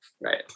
Right